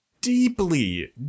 Deeply